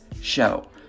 show